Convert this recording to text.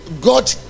God